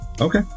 Okay